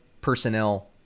personnel